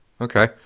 Okay